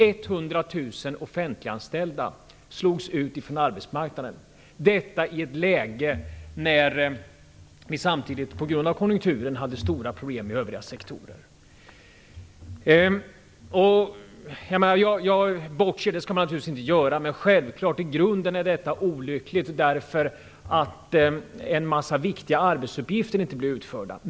100 000 offentliganställda slogs ut från arbetsmarknaden - detta i ett läge när vi samtidigt, på grund av konjunkturen, hade stora problem i övriga sektorer. I grunden är detta självfallet olyckligt, därför att en massa viktiga arbetsuppgifter blir inte utförda.